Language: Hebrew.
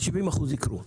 ה-70% יקרו.